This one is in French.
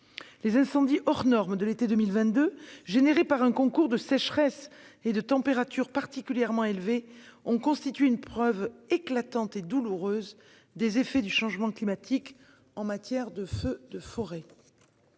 Les incendies hors norme de l'été 2022, provoqués par un concours de sécheresse et de températures particulièrement élevées, ont constitué une preuve éclatante et douloureuse des effets du changement climatique en matière de feux de forêt.